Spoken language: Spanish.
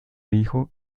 hijo